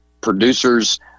producers